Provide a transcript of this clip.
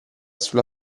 sulla